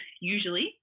usually